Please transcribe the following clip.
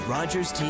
Rogers